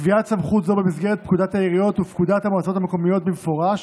קביעת סמכות זו במסגרת פקודת העיריות ופקודת המועצות המקומיות במפורש